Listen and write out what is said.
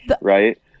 right